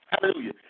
Hallelujah